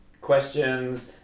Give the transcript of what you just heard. questions